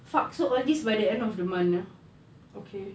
fuck so all these by the end of the month okay